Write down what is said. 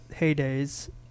heydays